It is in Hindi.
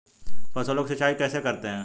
फसलों की सिंचाई कैसे करते हैं?